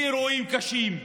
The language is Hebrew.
באירועים קשים.